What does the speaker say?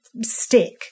stick